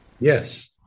Yes